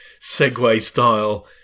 Segway-style